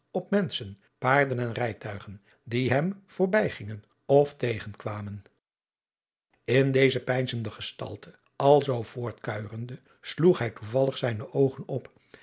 menschen paarden en rijtuigen die hem voorbijgingen of tegenkwamen in deze peinzende gestalte alzoo voortadriaan loosjes pzn het leven van johannes wouter blommesteyn kuijerende sloeg hij toevallig zijne oogen op